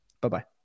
Bye-bye